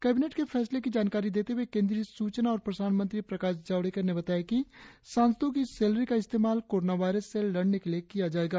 cabinet के फैसले की जानकारी देते हए केंद्रीय सूचना और प्रसारण मंत्री प्रकाश जावड़ेकर ने बताया कि सांसदों की इस सैलरी का इस्तेमाल कोरोना वायरस से लड़ने के लिए किया जाएगा